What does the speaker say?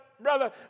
Brother